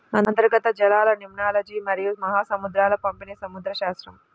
అంతర్గత జలాలలిమ్నాలజీమరియు మహాసముద్రాల పంపిణీసముద్రశాస్త్రం